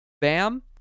Bam